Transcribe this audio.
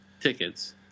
tickets